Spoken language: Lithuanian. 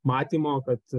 matymo kad